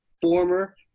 former